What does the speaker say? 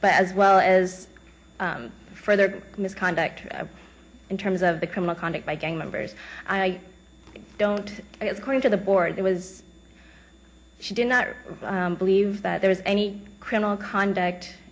but as well as for their misconduct in terms of the criminal conduct by gang members i don't think it's going to the board it was she did not believe that there was any criminal conduct